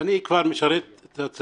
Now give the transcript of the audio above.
את זה